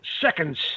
seconds